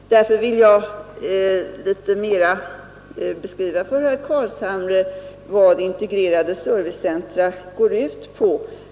Därför vill jag litet mera beskriva för herr Carlshamre vad integrerade servicecentra går ut på.